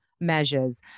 measures